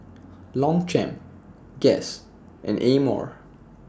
Longchamp Guess and Amore